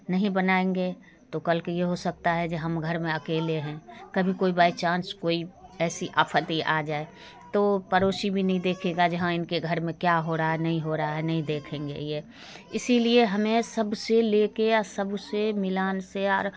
नहीं बनाएंगे तो कल की यह हो सकता है कि हम घर में अकेले हैं कभी कोई बाई चांस कोई ऐसी आफ़त ही आ जाए तो पड़ोसी भी नहीं देखेगा जहाँ उनके घर में क्या हो रहा है नहीं हो रहा है नहीं देखेंगे यह इसीलिए हमें सबसे लेकर या सबसे मिलन से यार